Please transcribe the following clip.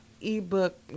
ebook